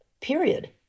Period